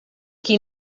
qui